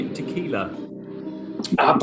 Tequila